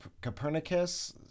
Copernicus